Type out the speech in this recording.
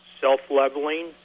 self-leveling